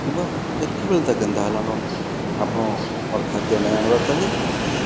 ଇବା ଏତ୍କି ବେଳତା କେନ୍ତା ହେଲାନ ଆପଣ ମୋର୍ ଖାଦ୍ୟ ନାଇଁ ଆଣବାର୍ ତାଲି